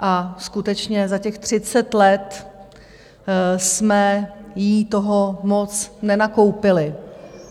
A skutečně za těch 30 let jsme jí toho moc nenakoupili,